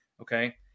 okay